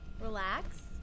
relax